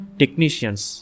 technicians